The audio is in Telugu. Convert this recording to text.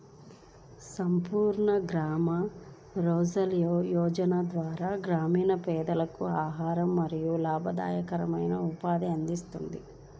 సంపూర్ణ గ్రామీణ రోజ్గార్ యోజన ద్వారా గ్రామీణ పేదలకు ఆహారం మరియు లాభదాయకమైన ఉపాధిని అందిస్తారు